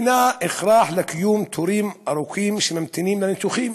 הן, הכרח: קיום תורים ארוכים שממתינים לניתוחים,